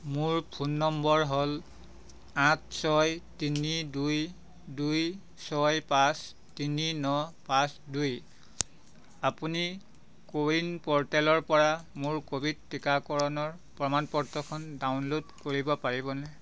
মোৰ phone number হ'ল আঠ ছয় তিনি দুই দুই ছয় পাঁচ তিনি ন পাঁচ দুই আপুনি কো ৱিন প'ৰ্টেলৰপৰা মোৰ ক'ভিড টিকাকৰণৰ প্ৰমাণ পত্ৰখন ডাউনল'ড কৰিব পাৰিবনে